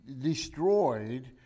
destroyed